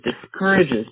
discourages